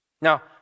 Now